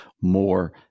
more